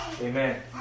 Amen